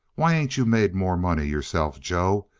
why ain't you made more money yourself, joe?